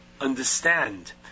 understand